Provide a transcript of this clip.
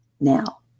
now